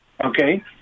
Okay